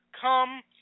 come